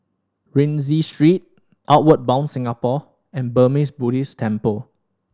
Rienzi Street Outward Bound Singapore and Burmese Buddhist Temple